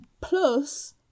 Plus